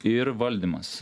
ir valdymas